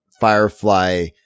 firefly